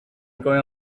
going